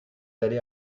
aller